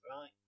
Right